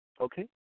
Okay